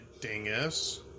dingus